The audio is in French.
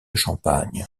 champagne